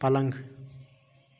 پلنٛگ